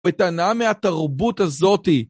וטענה מהתרבות הזאתי.